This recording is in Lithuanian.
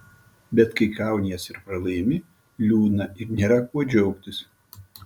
bet kai kaunies ir pralaimi liūdna ir nėra kuo džiaugtis